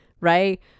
right